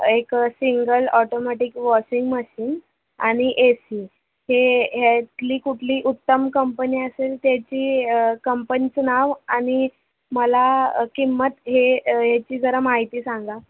एक single automatic washing machine आणि A C हे यातली कुठली उत्तम कंपनी असेल त्याची कंपनीचं नाव आणि मला किंमत हे हेची जरा माहिती सांगा